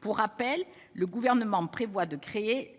pour rappel, le gouvernement prévoit de créer